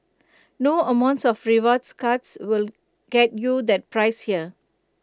no amount of rewards cards will get you that price here